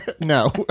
no